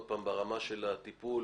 שוב, ברמה של הטיפול.